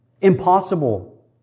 Impossible